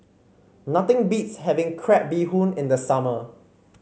nothing beats having Crab Bee Hoon in the summer